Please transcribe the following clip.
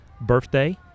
birthday